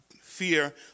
fear